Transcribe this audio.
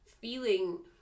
feeling